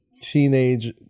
teenage